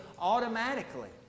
automatically